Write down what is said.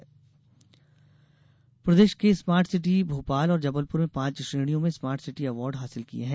पुरस्कार प्रदेश के स्मार्ट सिटी भोपाल और जबलपुर में पांच श्रेणियों में स्मार्ट सिटी अवार्ड हासिल किये हैं